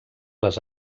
les